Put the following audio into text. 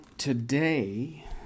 today